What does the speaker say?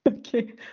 Okay